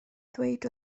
ddweud